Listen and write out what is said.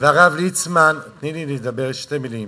והרב ליצמן, תני לי לומר שתי מילים.